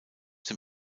dem